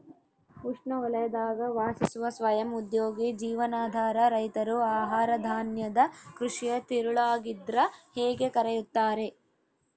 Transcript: ಉಷ್ಣವಲಯದಾಗ ವಾಸಿಸುವ ಸ್ವಯಂ ಉದ್ಯೋಗಿ ಜೀವನಾಧಾರ ರೈತರು ಆಹಾರಧಾನ್ಯದ ಕೃಷಿಯ ತಿರುಳಾಗಿದ್ರ ಹೇಗೆ ಕರೆಯುತ್ತಾರೆ